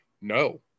no